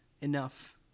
enough